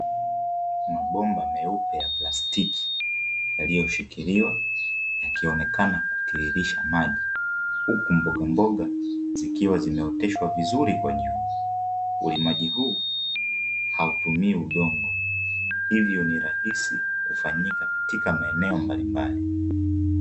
Mabomba meupe ya plastiki yaliyoshikiliwa yakionekana kutirirsha maji, huku mbogamboga zikiwa zimeoteshwa vizuri kwa nyuma. Ulimaji huu hautumii udongo, hivyo ni rahisi kufanyika katika maeneo mbalimbali.